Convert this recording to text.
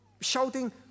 shouting